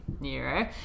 Nero